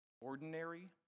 Ordinary